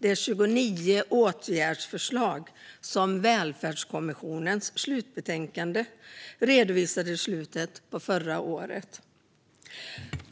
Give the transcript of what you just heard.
De 29 välfärdsförslag som redovisades i Välfärdskommissionens slutbetänkande i slutet av förra året